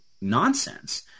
nonsense